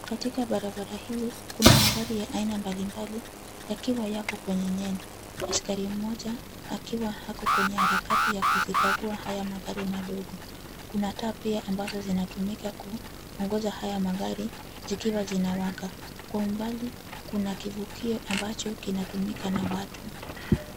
Katika barabara hili, kuna magari ya aina mbalimbali yakiwa yako kwenye nyendo. Askari moja akiwa ako kwenye harakati za kuzikagua haya magari madogo. Kuna taa pia ambazo zinatumika kuongoza haya magari zikiwa zinawaka. Kwa umbali kuna kivukio ambacho kinatumika na watu.